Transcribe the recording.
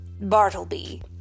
Bartleby